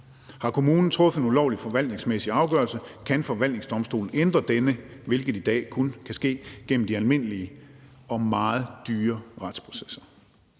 Har kommunen truffet en ulovlig forvaltningsmæssig afgørelse, kan forvaltningsdomstolen ændre denne, hvilket i dag kun kan ske gennem de almindelige og meget dyre retsprocesser.